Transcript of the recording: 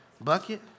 Bucket